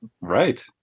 Right